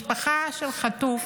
משפחה של חטוף